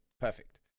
perfect